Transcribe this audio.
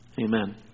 Amen